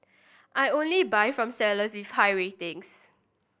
I only buy from sellers with high ratings